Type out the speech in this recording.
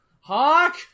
Hawk